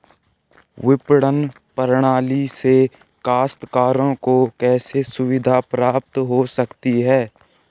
विपणन प्रणाली से काश्तकारों को कैसे सुविधा प्राप्त हो सकती है?